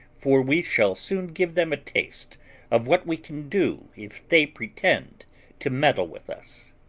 for we shall soon give them a taste of what we can do if they pretend to meddle with us.